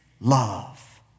love